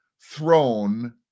throne